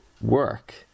work